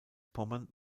pommern